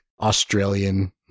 Australian